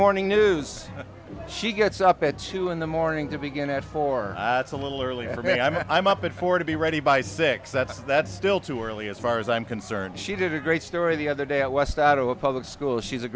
morning news she gets up at two in the morning to begin at four it's a little early for me i mean i'm up at four to be ready by six that's that's still too early as far as i'm concerned she did a great story the other day out west out of a public school she's a